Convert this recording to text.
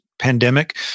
Pandemic